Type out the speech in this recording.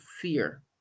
fear